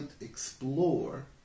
explore